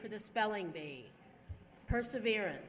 for the spelling bee perseverance